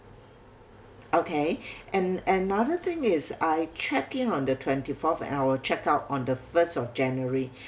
okay and another thing is I check in on the twenty fourth and I will check out on the first of january